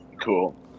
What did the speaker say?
cool